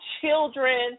children